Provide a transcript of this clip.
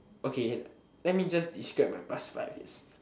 okay let me just describe my past five years